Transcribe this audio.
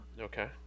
Okay